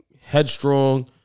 headstrong